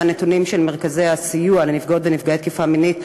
עם הנתונים של מרכזי הסיוע לנפגעות ונפגעי תקיפה מינית,